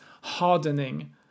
hardening